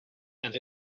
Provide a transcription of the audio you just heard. and